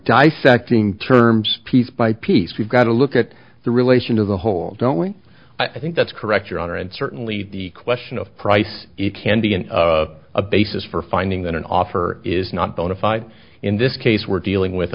dissecting terms piece by piece we've got to look at the relation to the whole and only i think that's correct your honor and certainly the question of price it can be an of a basis for finding that an offer is not bona fide in this case we're dealing with